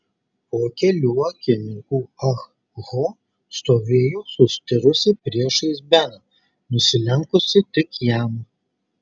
po kelių akimirkų ah ho stovėjo sustirusi priešais beną nusilenkusi tik jam